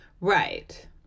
Right